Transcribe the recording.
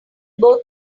both